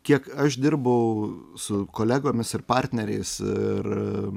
kiek aš dirbau su kolegomis ir partneriais ir